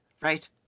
right